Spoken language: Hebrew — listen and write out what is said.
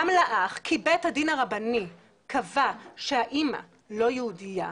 גם לאח, כי בית הדין הרבני קבע שהאמא לא יהודייה,